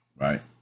right